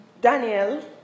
Daniel